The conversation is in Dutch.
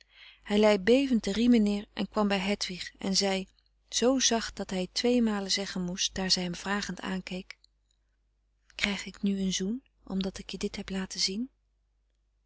hij lei bevend de riemen neer en kwam bij hedwig en zei zoo zacht dat hij t tweemalen zeggen moest daar zij hem vragend aankeek krijg ik nu een zoen omdat ik je dit heb laten zien